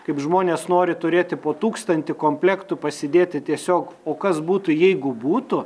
kaip žmonės nori turėti po tūkstantį komplektų pasidėti tiesiog o kas būtų jeigu būtų